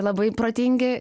labai protingi